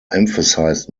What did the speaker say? emphasized